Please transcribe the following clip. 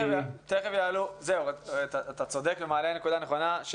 אתה צודק ומעלה נקודה נכונה.